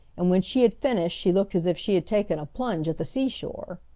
and when she had finished she looked as if she had taken a plunge at the seashore.